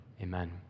amen